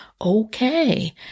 okay